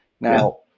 Now